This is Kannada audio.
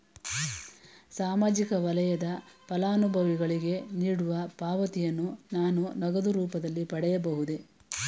ಸಾಮಾಜಿಕ ವಲಯದ ಫಲಾನುಭವಿಗಳಿಗೆ ನೀಡುವ ಪಾವತಿಯನ್ನು ನಾನು ನಗದು ರೂಪದಲ್ಲಿ ಪಡೆಯಬಹುದೇ?